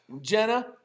Jenna